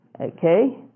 Okay